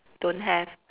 don't have